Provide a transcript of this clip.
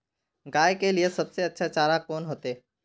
गाय के लिए सबसे अच्छा चारा कौन होते?